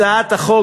הצעת החוק,